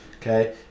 Okay